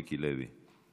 אחריה, חבר הכנסת מיקי לוי.